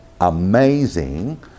amazing